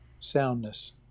soundness